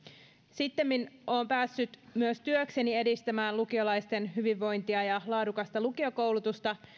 sittemmin olen päässyt myös työkseni edistämään lukiolaisten hyvinvointia ja laadukasta lukiokoulutusta